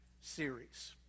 series